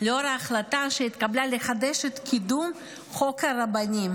לאור ההחלטה שהתקבלה לחדש את קידום חוק הרבנים,